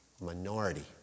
Minority